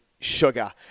sugar